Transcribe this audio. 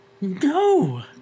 No